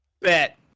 Bet